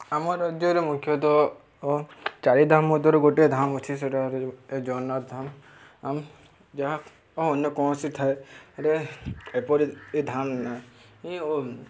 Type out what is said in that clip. ଆମ ରାଜ୍ୟରେ ମୁଖ୍ୟତଃ ଓ ଚାରିଧାମ ମଧ୍ୟରୁ ଗୋଟିଏ ଧାମ ଅଛି ସେଇଟା ଜଗନ୍ନାଥ ଧାମ ଯାହା ଅନ୍ୟ କୌଣସି ଥାଏ ଏପରି ଏ ଧାମ ନାହିଁ ଓ